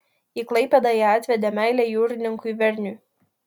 į klaipėdą ją atvedė meilė jūrininkui verniui